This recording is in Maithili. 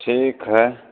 ठीक हइ